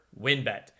WinBet